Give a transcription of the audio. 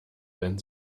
wenn